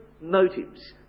motives